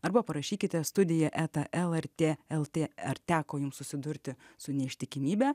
arba parašykite studija eta lrt lt ar teko jum susidurti su neištikimybe